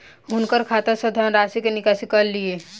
हुनकर खाता सॅ धनराशिक निकासी कय लिअ